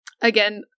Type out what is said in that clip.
again